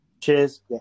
Cheers